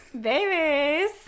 Babies